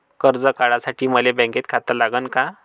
कर्ज काढासाठी मले बँकेत खातं लागन का?